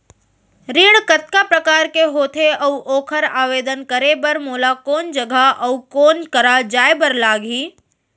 ऋण कतका प्रकार के होथे अऊ ओखर आवेदन करे बर मोला कोन जगह अऊ कोन करा जाए बर लागही?